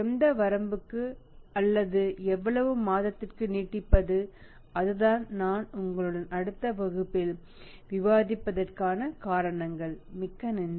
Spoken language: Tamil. எந்த வரம்புக்கும் அல்லது எவ்வளவு மாதத்திற்கும் நீட்டிப்பது அதுதான் நான் உங்களுடன் அடுத்த வகுப்பில் விவாதிப்பதற்கான காரணங்கள் மிக்க நன்றி